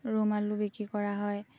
Rome আলু বিক্ৰী কৰা হয়